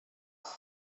głos